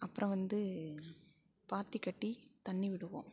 அப்புறம் வந்து பாத்திக் கட்டி தண்ணி விடுவோம்